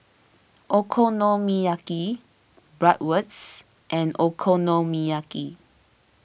Okonomiyaki Bratwurst and Okonomiyaki